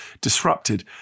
disrupted